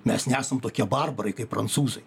mes nesam tokie barbarai kaip prancūzai